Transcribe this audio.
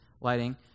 lighting